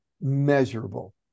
measurable